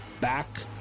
Back